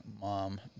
mom